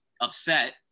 upset